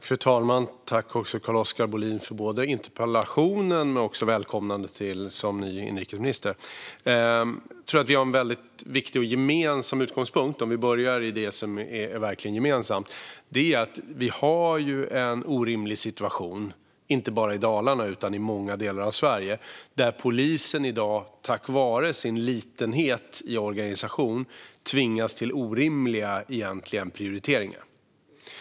Fru talman! Tack, Carl-Oskar Bohlin, för både interpellationen och välkomnandet av mig som ny inrikesminister! Jag tror att vi har en gemensam utgångspunkt. Det är ju en orimlig situation, inte bara i Dalarna utan i många delar av Sverige, där polisen i dag på grund av att man har en så liten organisation tvingas till prioriteringar som egentligen är orimliga.